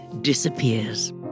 disappears